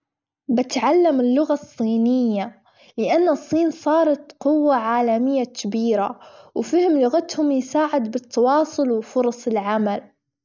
بتعلم اللغة الصينية لأن الصين صارت قوة عالمية تبيرة، وفهم لغاتهم يساعد بالتواصل، وفرص العمل.